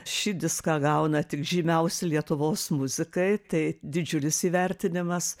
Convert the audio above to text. šį diską gauna tik žymiausi lietuvos muzikai tai didžiulis įvertinimas